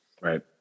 Right